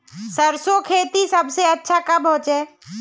सरसों खेती सबसे अच्छा कब होचे?